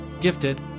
gifted